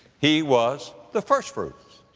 he was the first-fruits.